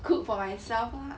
cook for myself lah